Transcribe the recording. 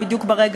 ביטלתם שמית?